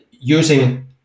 using